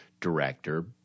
director